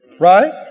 Right